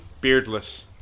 Beardless